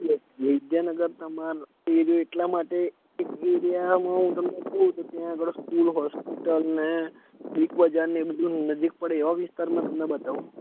એક વિદ્યાનગર તમારો એરીયો એટલા માટે એ એરિયામાં હું તમને કઉ તો ત્યાં આગળ સ્કૂલ હોસ્પિટલ ને બિગબજાર ને એ બધું નજીક પડે એવા વિસ્તારમાં તમને બતાવું